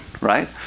right